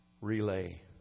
relay